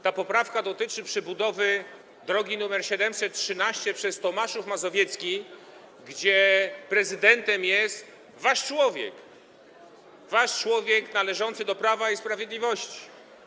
Ta poprawka dotyczy przebudowy drogi nr 713 biegnącej przez Tomaszów Mazowiecki, gdzie prezydentem jest wasz człowiek, należący do Prawa i Sprawiedliwości.